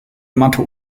matte